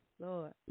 Lord